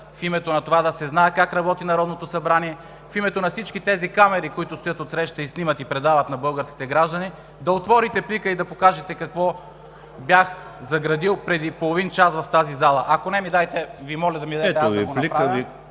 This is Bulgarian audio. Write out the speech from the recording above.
в името на това да се знае как работи Народното събрание, в името на всички тези камери, които стоят отсреща – снимат и предават на българските граждани, да отворите плика и да покажете какво бях заградил преди половин час в тази зала. Ако не, Ви моля да ми дадете аз да го направя.